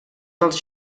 dels